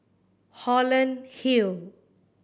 Holland Hill